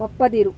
ಒಪ್ಪದಿರು